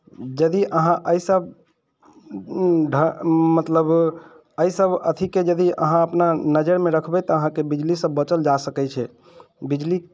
यदि अहाँ एहि सब मतलब एहि सब अथीके यदि अहाँ अपना नजरिमे रखबै तऽ अहाँकेँ बिजलीसँ बचल जा सकैत छै बिजली